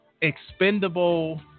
expendable